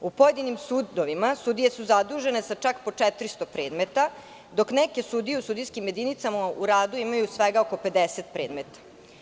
U pojedinim sudovima sudije su zadužene sa čak po 400 predmeta, dok neke sudije u sudijskim jedinicama u radu imaju svega oko 50 predmeta.